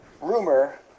rumor